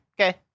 okay